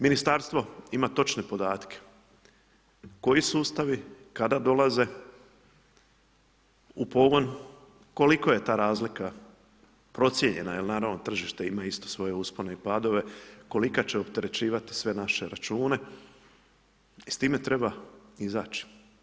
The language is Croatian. Ministarstvo ima točne podatke koji sustavi, kada dolaze u pogon, koliko je ta razlika procijenjena jer naravno tržište isto ima svoje uspone i padove, kolika će opterećivati sve naše račune i s time treba izaći.